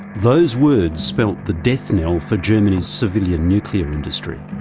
those words spelt the death knell for germany's civilian nuclear industry.